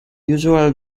usual